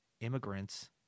immigrants